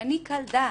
שאני קל דעת,